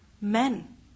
men